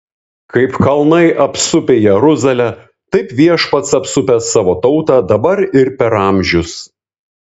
kaip kalnai apsupę jeruzalę taip viešpats apsupęs savo tautą dabar ir per amžius